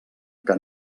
que